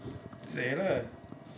say lah